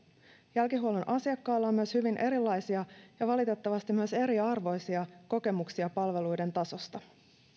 jälkihuollon asiakkailla on myös hyvin erilaisia ja valitettavasti myös eriarvoisia kokemuksia palveluiden tasosta